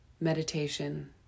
meditation